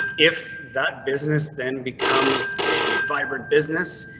if that business then becomes a vibrant business.